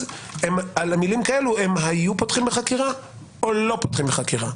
אז על מילים כאלו הם היו פותחים בחקירה או לא פותחים בחקירה,